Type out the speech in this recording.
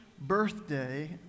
birthday